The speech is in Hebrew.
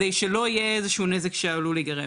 שלא יהיה איזה שהוא נזק שעלול להיגרם.